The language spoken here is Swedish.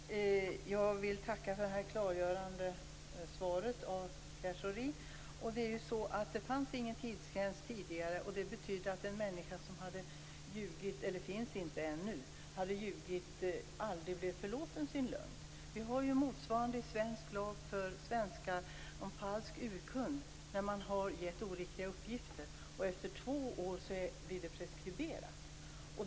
Fru talman! Jag vill tacka för det klargörande svaret från Pierre Schori. Det fanns tidigare inte någon tidsgräns - och den finns fortfarande inte - vilket betydde att en människa som hade ljugit aldrig blev förlåten. Vi har motsvarande i svensk lag som gäller falsk urkund, dvs. när någon har gett oriktiga uppgifter. Efter två år blir detta preskriberat.